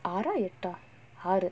ஆறா எட்டா ஆறு:aaraa ettaa aaru